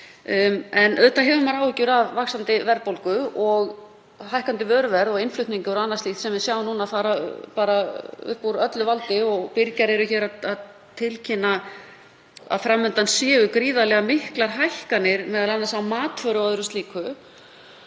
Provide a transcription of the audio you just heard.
En auðvitað hefur maður áhyggjur af vaxandi verðbólgu og hækkandi vöruverði og innflutningi og öðru slíku sem við sjáum núna fara upp úr öllu valdi. Birgjar eru að tilkynna að fram undan séu gríðarlega miklar hækkanir, m.a. á matvöru og öðru slíku.